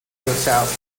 yourself